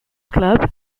club